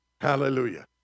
Hallelujah